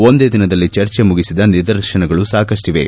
ಒಂದೇ ದಿನದಲ್ಲಿ ಚರ್ಚೆ ಮುಗಿಸಿದ ನಿದರ್ಶನಗಳು ಸಾಕಷ್ಟಿವೆ